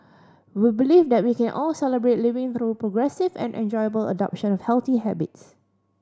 we believe that we can all Celebrate Living through progressive and enjoyable adoption healthy habits